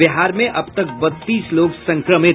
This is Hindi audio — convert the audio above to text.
बिहार में अब तक बत्तीस लोग संक्रमित